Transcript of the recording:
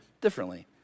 differently